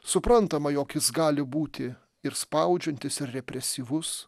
suprantama jog jis gali būti ir spaudžiantis represyvus